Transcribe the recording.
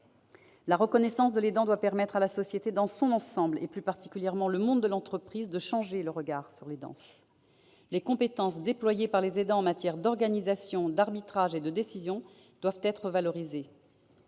La reconnaissance de l'aidant doit permettre à la société dans son ensemble, et au monde de l'entreprise en particulier, de changer de regard sur l'aidance. Les compétences déployées par les aidants en matière d'organisation, d'arbitrage et de décision doivent être valorisées.